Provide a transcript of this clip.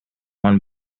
one